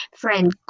friend